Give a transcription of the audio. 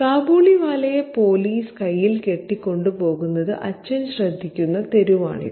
കാബൂളിവാലയെ police കൈയ്യിൽ കെട്ടി കൊണ്ടുപോകുന്നത് അച്ഛൻ ശ്രദ്ധിക്കുന്ന തെരുവാണിത്